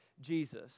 Jesus